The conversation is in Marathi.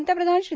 पंतप्रधान श्री